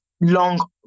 Long